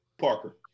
Parker